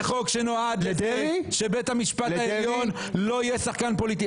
זה חוק שנועד לכך שבית המשפט העליון לא יהיה שחקן פוליטי.